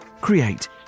create